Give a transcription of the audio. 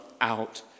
out